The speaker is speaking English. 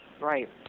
right